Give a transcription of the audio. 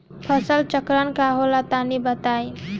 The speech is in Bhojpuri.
फसल चक्रण का होला तनि बताई?